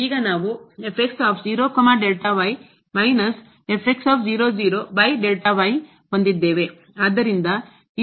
ಈಗ ನಾವು ಹೊಂದಿದ್ದೇವೆ